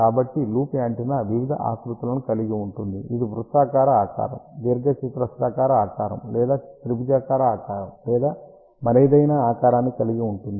కాబట్టి loop antenna వివిధ ఆకృతులను కలిగి ఉంటుంది ఇది వృత్తాకార ఆకారం దీర్ఘచతురస్రాకార ఆకారం లేదా త్రిభుజాకార ఆకారం లేదా మరేదైనా ఆకారాన్ని కలిగి ఉంటుంది